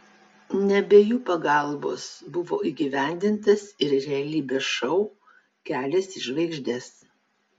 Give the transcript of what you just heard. ne be jų pagalbos buvo įgyvendintas ir realybės šou kelias į žvaigždes